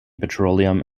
petroleum